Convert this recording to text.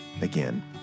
again